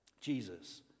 Jesus